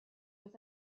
was